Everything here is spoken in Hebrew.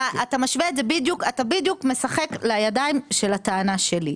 אתה בדיוק משחק לידיים של הטענה שלי,